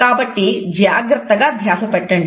కాబట్టి జాగ్రత్తగా గా ధ్యాస పెట్టండి